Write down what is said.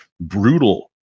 brutal